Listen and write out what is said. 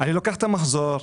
אני לוקח את המחזור,